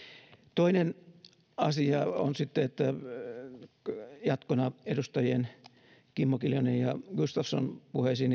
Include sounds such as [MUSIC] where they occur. toinen asia on sitten jatkona edustajien kimmo kiljunen ja gustafsson puheisiin [UNINTELLIGIBLE]